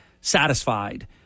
satisfied